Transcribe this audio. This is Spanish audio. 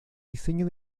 diseño